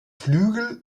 flügel